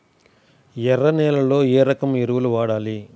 ఎర్ర నేలలో ఏ రకం ఎరువులు వాడాలి?